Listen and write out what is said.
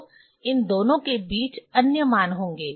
तो इन दोनों के बीच अन्य मान होंगे